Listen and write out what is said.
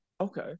Okay